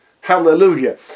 Hallelujah